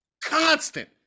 constant